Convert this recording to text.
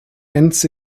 ends